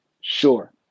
sure